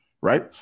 right